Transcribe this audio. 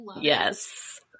Yes